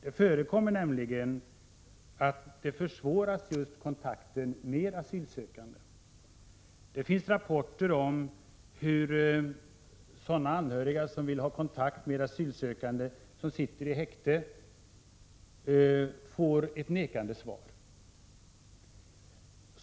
Det förekommer nämligen att just kontakten med asylsökande försvåras. Det finns rapporter om att anhöriga som vill ha kontakt med asylsökande som sitter i häkte får ett nekande svar.